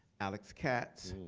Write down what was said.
alex katz.